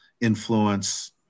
influence